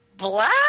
black